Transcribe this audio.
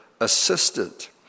assistant